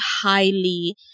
highly